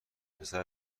پسر